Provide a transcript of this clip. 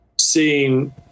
seeing